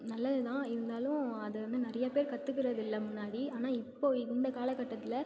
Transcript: நல்லது தான் இருந்தாலும் அதை வந்து நிறையா பேர் கற்றுக்கிறதில்ல முன்னாடி ஆனால் இப்போ இந்த காலகட்டத்தில்